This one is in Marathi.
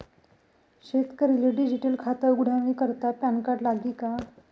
शेतकरीले डिजीटल खातं उघाडानी करता पॅनकार्ड लागी का?